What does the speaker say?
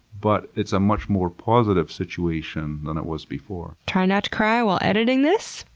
but it's a much more positive situation than it was before. trying not to cry while editing this,